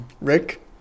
Rick